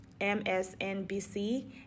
MSNBC